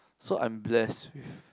so I'm bless with